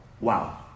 Wow